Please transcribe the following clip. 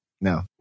No